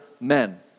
men